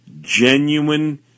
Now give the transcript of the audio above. genuine